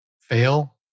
fail